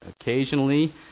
Occasionally